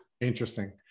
Interesting